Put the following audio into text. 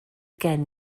gen